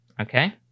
Okay